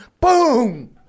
BOOM